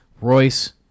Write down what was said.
Royce